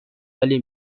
عالی